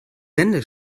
wände